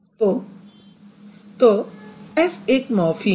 तो s एक morpheme है